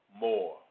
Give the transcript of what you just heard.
more